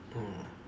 mm